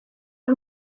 y’u